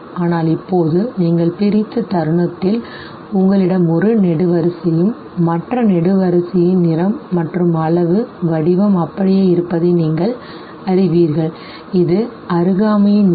ஆனால் இப்போது நீங்கள் பிரித்த தருணத்தில் உங்களிடம் ஒரு நெடுவரிசையும் மற்ற நெடுவரிசையின் நிறம் மற்றும் அளவு வடிவம் அப்படியே இருப்பதை நீங்கள் அறிவீர்கள் இது அருகாமையின் விதி